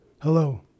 Hello